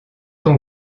ton